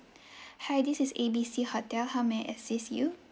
hi this is A B C hotel how may I assist you